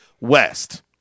West